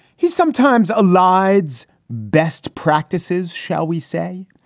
he's sometimes like elides best practices, shall we say.